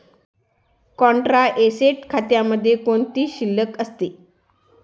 Contra asset खात्यामध्ये कोणती शिल्लक असते?